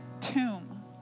tomb